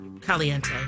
Caliente